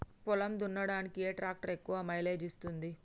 పొలం దున్నడానికి ఏ ట్రాక్టర్ ఎక్కువ మైలేజ్ ఇస్తుంది?